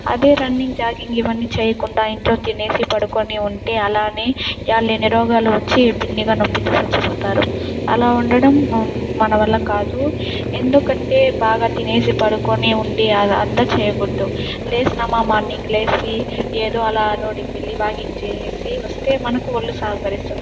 అదే running jogging ఇవన్నీ చేయకుండా ఇంట్లో తినేసి పడుకొని ఉంటే అలానే ఎక్కడలేని రోగాలు వచ్చి బిన్నిగా నొప్పితో చచ్చిపోతారు అలా ఉండడం మనవల్ల కాదు ఎందుకంటే బాగా తినేసి పడుకొని ఉండి అది అంతా చేయకూడదు లేచామా మార్నింగ్ లేచి ఏదో అలా రోడ్డుకు వెళ్లి వాకింగ్ చేసేసి వస్తే మనకు ఒళ్ళు సహకరిస్తుంది